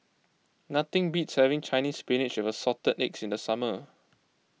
nothing beats having Chinese Spinach with Assorted Eggs in the summer